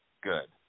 good